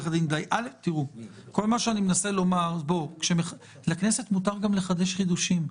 כל שאני מנסה לומר, לכנסת מותר גם לחדש חידושים,